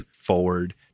forward